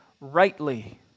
rightly